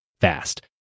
fast